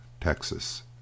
Texas